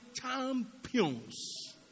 champions